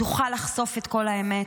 תוכל לחשוף את כל האמת?